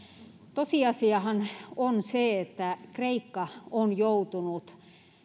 tosiasiahan on se että kreikka on joutunut